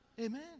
amen